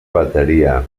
bateria